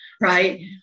right